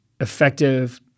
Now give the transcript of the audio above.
effective